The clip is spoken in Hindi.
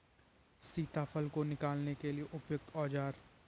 सीताफल को निकालने के लिए उपयुक्त औज़ार?